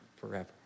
forever